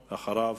ואחריו,